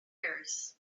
years